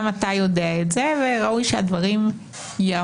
גם אתה יודע את זה, וראוי שהדברים ייאמרו.